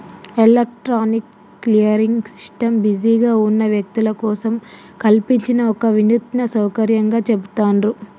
electronic clearing system బిజీగా ఉన్న వ్యక్తుల కోసం కల్పించిన ఒక వినూత్న సౌకర్యంగా చెబుతాండ్రు